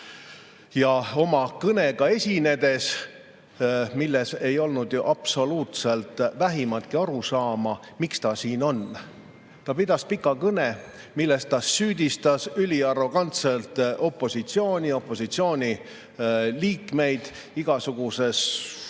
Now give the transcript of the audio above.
oma kõnega, milles ei olnud absoluutselt vähimatki arusaama, miks ta siin on. Ta pidas pika kõne, milles süüdistas üliarrogantselt opositsiooni ja opositsiooni liikmeid igasuguses